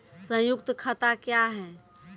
संयुक्त खाता क्या हैं?